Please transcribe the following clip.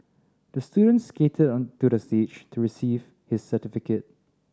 the student skated onto the stage to receive his certificate